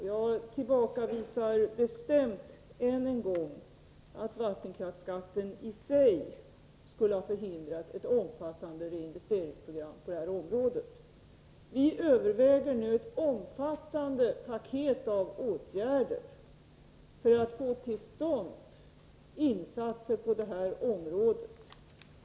Jag tillbakavisar bestämt än en gång att vattenkraftsskatten i sig skulle ha förhindrat ett omfattande reinvesteringsprogram på detta område. Vi överväger nu ett omfattande paket av åtgärder för att få till stånd insatser.